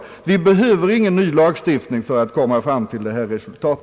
Vi behöver ingen ny lagstiftning för att komma fram till detta resultat.